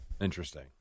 Interesting